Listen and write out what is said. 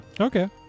Okay